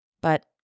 but-